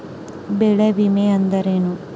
ಬೆಳೆ ವಿಮೆ ಅಂದರೇನು?